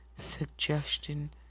suggestion